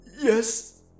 Yes